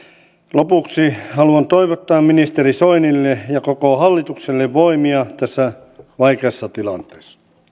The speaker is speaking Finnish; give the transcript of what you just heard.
lopuksi haluan toivottaa ministeri soinille ja koko hallitukselle voimia tässä vaikeassa tilanteessa